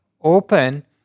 open